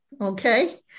Okay